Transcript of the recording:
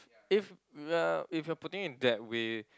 if uh if you are putting it that way